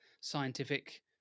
scientific